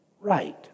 right